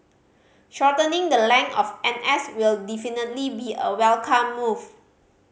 shortening the length of N S will definitely be a welcome move